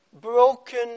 broken